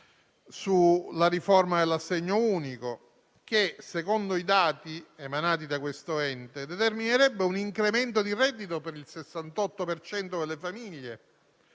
sulla riforma dell'assegno unico, che - secondo i dati diffusi da questo ente - determinerebbe un incremento di reddito per il 68 per cento delle famiglie